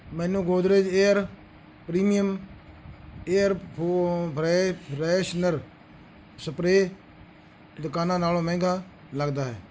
ਮੈਨੂੰ Godrej air premium air ਫੋ ਫਰੈ ਫਰੈਸ਼ਨਰ ਸਪਰੇਅ ਦੁਕਾਨਾਂ ਨਾਲੋਂ ਮਹਿੰਗਾ ਲੱਗਦਾ ਹੈ